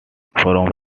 from